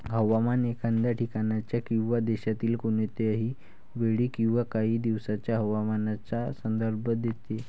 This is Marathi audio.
हवामान एखाद्या ठिकाणाच्या किंवा देशातील कोणत्याही वेळी किंवा काही दिवसांच्या हवामानाचा संदर्भ देते